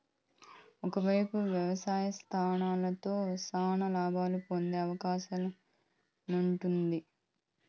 ఒకేపు వ్యవస్థాపకతలో శానా లాబాలు పొందే అవకాశముండాది